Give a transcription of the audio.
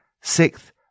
Sixth